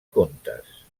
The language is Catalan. contes